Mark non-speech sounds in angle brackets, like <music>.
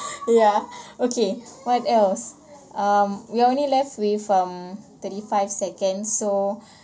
<laughs> ya okay what else um we are only left with um thirty five seconds so